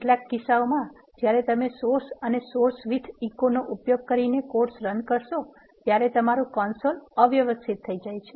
કેટલાક કિસ્સાઓમાં જ્યારે તમે source એને source with echo નો ઉપયોગ કરીને કોડ્સ રન કરશો ત્યારે તમારું કન્સોલ અવ્યવસ્થિત થઈ જાય છે